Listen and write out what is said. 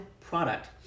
product